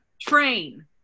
train